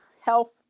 health